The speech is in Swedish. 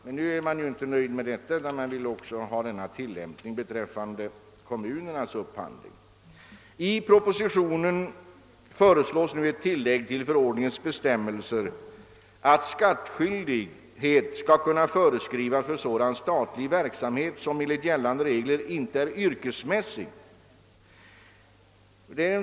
Men nu är man inte nöjd med det utan vill ha denna tillämpning även när det gäller kommunernas upphandling. I propositionen föreslås ett tillägg till förordningens bestämmelser att skattskyldighet skall kunna föreskrivas för sådan statlig verksamhet som enligt gällande regler inte är yrkesmässig.